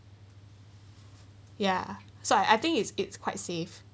ya so I I think it's it's quite safe